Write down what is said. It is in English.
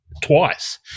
twice